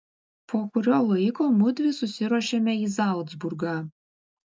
po kurio laiko mudvi susiruošėme į zalcburgą